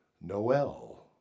Noel